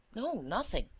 no, nothing.